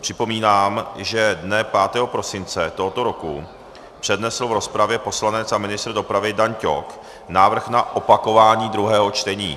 Připomínám, že dne 5. prosince tohoto roku přednesl v rozpravě poslanec a ministr dopravy Dan Ťok návrh na opakování druhého čtení.